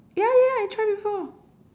ya ya ya I try before